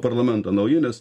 parlamento nauji nes